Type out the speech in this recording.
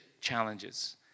challenges